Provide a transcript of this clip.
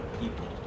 people